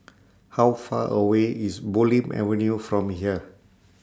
How Far away IS Bulim Avenue from here